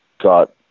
got